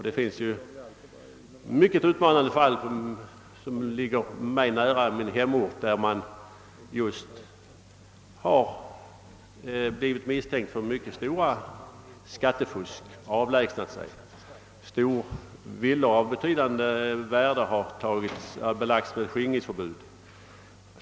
Det finns mycket utmanande fall från min hemort där personer som har blivit misstänkta för mycket stort skattefusk har lämnat landet. Villor av betydande värde har belagts med skingringsförbud.